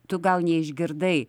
tu gal neišgirdai